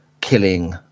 killing